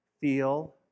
feel